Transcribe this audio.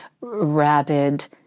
rabid